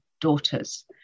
daughters